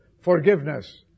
Forgiveness